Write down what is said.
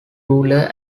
ruler